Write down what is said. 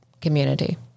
community